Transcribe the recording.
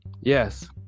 yes